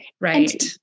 right